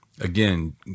Again